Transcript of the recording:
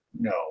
No